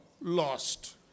lost